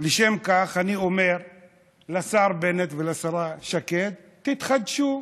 משום כך אני אומר לשר בנט ולשרה שקד: תתחדשו,